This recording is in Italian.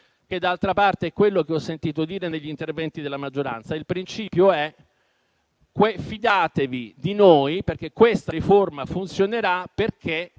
che d'altra parte ho sentito dire negli interventi della maggioranza. Ci si dice: fidatevi di noi perché questa riforma funzionerà, perché